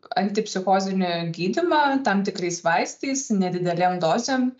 antipsichozinio gydymą tam tikrais vaistais nedidelėm dozėm